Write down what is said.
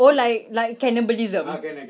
oh like like cannibalism